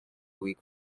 weak